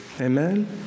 Amen